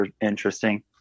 interesting